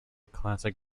classic